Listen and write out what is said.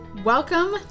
Welcome